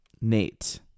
Nate